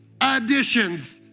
additions